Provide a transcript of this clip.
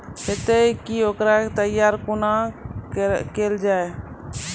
हेतै तअ ओकर तैयारी कुना केल जाय?